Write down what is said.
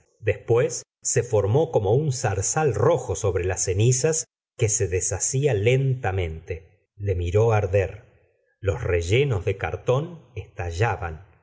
después se formó como un zarzal rojo sobre las cenizas que se deshacía lentamente le miró arder los rellenos de cartón estallaban